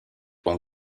ont